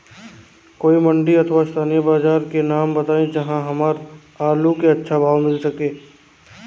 कोई मंडी अथवा स्थानीय बाजार के नाम बताई जहां हमर आलू के अच्छा भाव मिल सके?